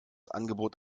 angebot